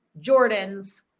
Jordans